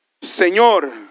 Señor